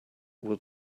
will